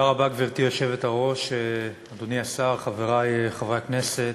גברתי היושבת-ראש, אדוני השר, חברי חברי הכנסת,